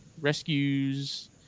rescues